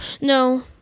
No